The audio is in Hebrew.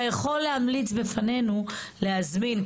אתה יכול להמליץ בפנינו להזמין,